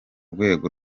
rwego